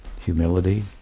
humility